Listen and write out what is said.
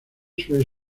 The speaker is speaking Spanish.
suele